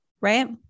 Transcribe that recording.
Right